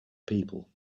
people